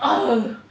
oh